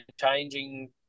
changing